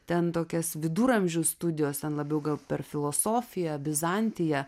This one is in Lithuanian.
ten tokias viduramžių studijos ten labiau gal per filosofiją bizantiją